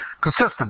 Consistent